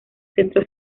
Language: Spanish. centro